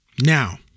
Now